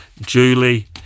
Julie